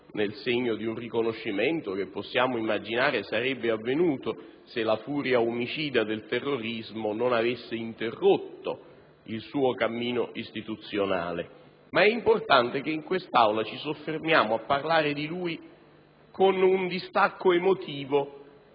nel segno di un riconoscimento che possiamo immaginare sarebbe avvenuto se la furia omicida del terrorismo non avesse interrotto il suo cammino istituzionale) ci soffermiamo a parlare di lui con un distacco emotivo